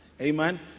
Amen